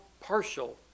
partial